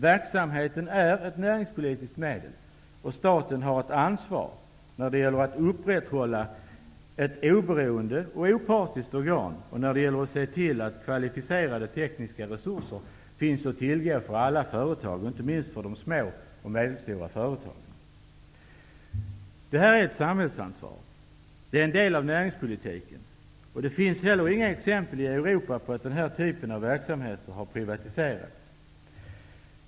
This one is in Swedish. Verksamheten är ett näringspolitiskt medel, och staten har ett ansvar när det gäller att upprätthålla ett oberoende och opartiskt organ och när det gäller att tillse att kvalificerade tekniska resurser finns att tillgå för alla företag, inte minst för de små och medelstora företagen. Detta är ett samhällsansvar. Det är en del av näringspolitiken. Det finns dessutom inte några exempel i Europa på att denna typ av verksamhet har privatiserats.